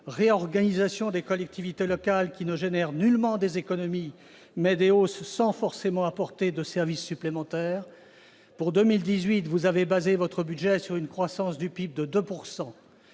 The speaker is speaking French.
réorganisation des collectivités locales, qui n'engendrent nullement des économies, mais entraînent des hausses, sans forcément apporter de services supplémentaires. Pour 2018, vous avez basé votre budget sur une croissance du PIB de 2 %.